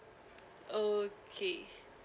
okay